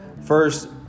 First